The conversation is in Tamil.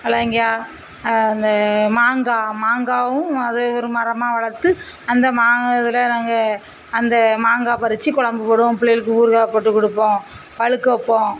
அவரைங்கா இந்த மாங்காய் மாங்காயும் அது ஒரு மரமாக வளர்த்து அந்த மாங்காய் இதில் நாங்கள் அந்த மாங்காய் பறிச்சு கொழம்பு போடுவோம் பிள்ளைகளுக்கு ஊறுகாய் போட்டுக் கொடுப்போம் பழுக்க வைப்போம்